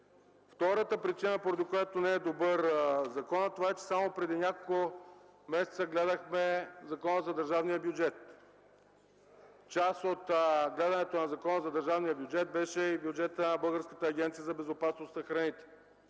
Втората причина, поради която не е добър законът, е, че само преди няколко месеца гледахме Закона за държавния бюджет. Част от гледането на Закона за държавния бюджет беше и бюджетът на Българската агенция по безопасност на храните.